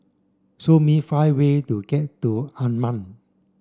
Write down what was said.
show me five ways to get to Amman